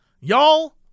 Y'all